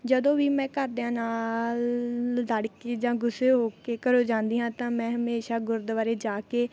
ਜਦੋਂ ਵੀ ਮੈਂ ਘਰਦਿਆਂ ਨਾਲ ਲੜ ਕੇ ਜਾਂ ਗੁੱਸੇ ਹੋ ਕੇ ਘਰੋਂ ਜਾਂਦੀ ਹਾਂ ਤਾਂ ਮੈਂ ਹਮੇਸ਼ਾ ਗੁਰਦੁਆਰੇ ਜਾ ਕੇ